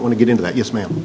want to get into that yes ma'am